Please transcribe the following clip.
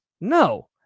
No